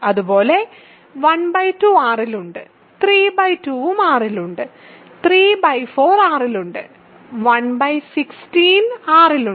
അതുപോലെ ½ R ൽ ഉണ്ട് 32 ഉം R ൽ ഉണ്ട് ¾ R ൽ ഉണ്ട് 116 R ൽ ഉണ്ട്